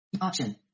Option